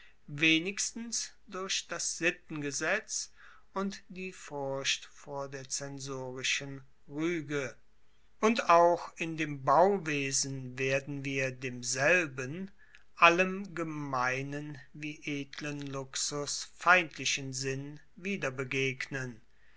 wenigstens durch das sittengesetz und die furcht vor der zensorischen ruege und auch in dem bauwesen werden wir demselben allem gemeinen wie edlen luxus feindlichen sinn